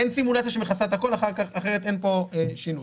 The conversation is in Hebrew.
אין סימולציה שמכסה את הכול כי אחרת אין כאן שינוי.